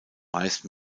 meist